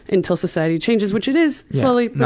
until society changes, which it is slowly,